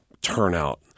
turnout